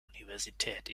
universität